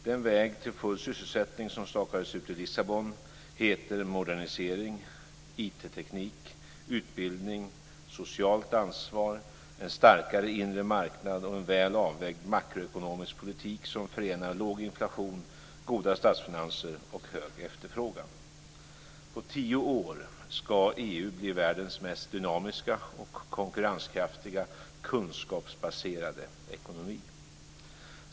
Den väg till full sysselsättning som stakades ut i Lissabon heter modernisering, informationsteknik, utbildning, socialt ansvar, en starkare inre marknad och en väl avvägd makroekonomisk politik som förenar låg inflation, goda statsfinanser och hög efterfrågan. På tio år ska EU bli världens mest dynamiska och konkurrenskraftiga kunskapsbaserade ekonomi.